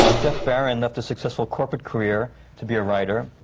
ah jeff baron left a successful corporate career to be a writer.